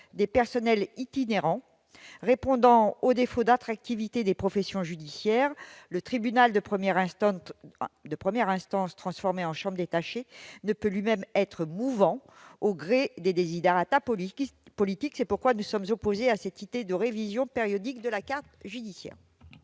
devenir itinérants pour pallier le défaut d'attractivité des professions judiciaires. Le tribunal de première instance, transformé en chambre détachée, ne peut quant à lui être déplacé au gré des politiques. C'est pourquoi nous sommes opposés à cette idée d'une révision périodique de la carte judiciaire.